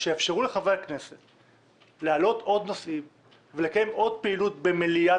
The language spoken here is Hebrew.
נוספות שתאפשרנה להעלות עוד נושאים לטיפול מליאת